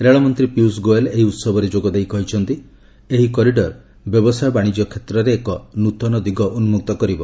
ରେଳମନ୍ତ୍ରୀ ପୀୟୁଷ ଗୋଏଲ ଏହି ଉହବରେ ଯୋଗଦେଇ କହିଛନ୍ତି ଏହି କରିଡର ବ୍ୟବସାୟ ବାଣିଜ୍ୟ କ୍ଷେତ୍ରରେ ଏକ ନୃତନ ଦିଗ ଉନ୍କକ୍ତ କରିବ